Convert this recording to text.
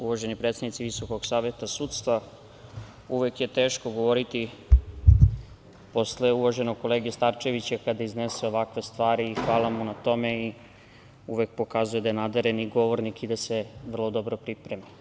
Uvaženi predstavnici Visokog saveta sudstva, uvek je teško govoriti posle uvaženog kolege Starčevića kada iznese ovakve stvari i hvala mu na tome i uvek pokazuje da je nadareni govornik i da se vrlo dobro priprema.